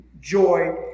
Joy